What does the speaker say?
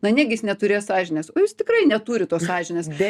na negi jis neturės sąžinės o jis tikrai neturi to sąžinės